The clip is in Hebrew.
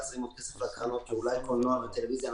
להזרים עוד כסף לקרנות קולנוע וטלוויזיה,